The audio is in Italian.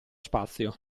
spazio